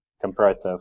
comparative